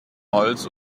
holz